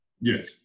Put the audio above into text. Yes